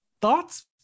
Thoughts